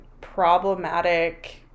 problematic